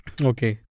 Okay